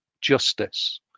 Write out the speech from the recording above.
justice